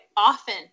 often